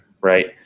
right